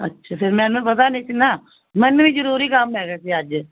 ਅੱਛਾ ਫਿਰ ਮੈਨੂੰ ਪਤਾ ਨਹੀਂ ਸੀ ਨਾ ਮੈਨੂੰ ਵੀ ਜ਼ਰੂਰੀ ਕੰਮ ਹੈਗਾ ਸੀ ਅੱਜ